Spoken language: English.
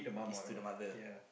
is to the mother